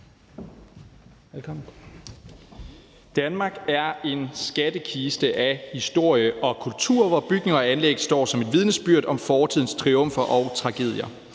Danmark er en skattekiste af historie og kultur, hvor bygninger og anlæg står som et vidnesbyrd om fortidens triumfer og tragedier.